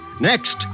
Next